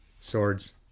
Swords